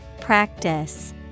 Practice